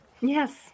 Yes